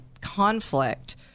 conflict